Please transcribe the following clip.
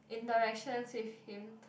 in direction suit him